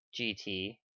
GT